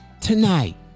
tonight